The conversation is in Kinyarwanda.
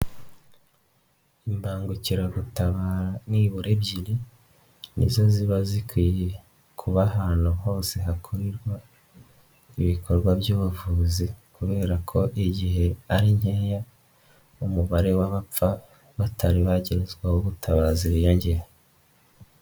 Imbangukiragutabara nibura ebyiri, nizo ziba zikwiye kuba ahantu hose hakorerwa ibikorwa by'ubuvuzi kubera ko igihe ari nkeya, umubare w'abapfa batari bagezwaho ubutabazi wiyongera.